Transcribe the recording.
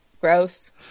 gross